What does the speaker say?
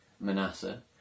Manasseh